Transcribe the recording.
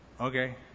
okay